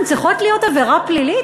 הן צריכות להיות עבירה פלילית?